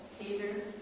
Peter